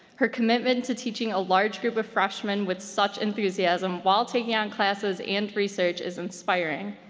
her commitment to teaching a large group of freshmen with such enthusiasm while taking on classes and research is inspiring,